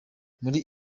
muri